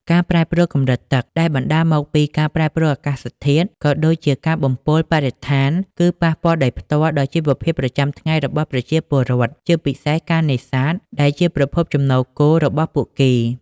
ការប្រែប្រួលកម្រិតទឹក ដែលបណ្តាលមកពីការប្រែប្រួលអាកាសធាតុ ក៏ដូចជាការបំពុលបរិស្ថាន គឺប៉ះពាល់ដោយផ្ទាល់ដល់ជីវភាពប្រចាំថ្ងៃរបស់ប្រជាពលរដ្ឋ ជាពិសេសការនេសាទ ដែលជាប្រភពចំណូលគោលរបស់ពួកគេ។